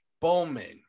Bowman